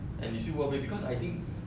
and it's still worth it because I think